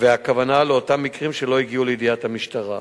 והכוונה לאותם מקרים שלא הגיעו לידיעת המשטרה.